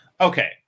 Okay